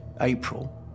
April